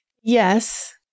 Yes